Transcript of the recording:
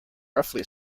roughly